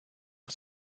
het